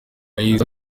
yagize